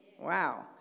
Wow